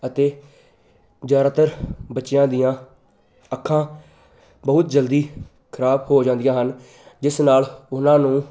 ਅਤੇ ਜ਼ਿਆਦਾਤਰ ਬੱਚਿਆਂ ਦੀਆਂ ਅੱਖਾਂ ਬਹੁਤ ਜਲਦੀ ਖਰਾਬ ਹੋ ਜਾਂਦੀਆਂ ਹਨ ਜਿਸ ਨਾਲ ਉਹਨਾਂ ਨੂੰ